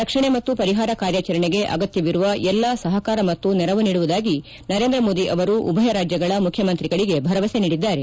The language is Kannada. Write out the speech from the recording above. ರಕ್ಷಣೆ ಮತ್ತು ಪರಿಪಾರ ಕಾರ್ಯಾಚರಣೆಗೆ ಅಗತ್ತವಿರುವ ಎಲ್ಲಾ ಸಹಾರ ಮತ್ತು ನೆರವು ನೀಡುವುದಾಗಿ ನರೇಂದ್ರ ಮೋದಿ ಅವರು ಉಭಯ ರಾಜ್ಯಗಳ ಮುಖ್ಯಮಂತ್ರಿಗಳಿಗೆ ಭರವಸೆ ನೀಡಿದ್ದಾರೆ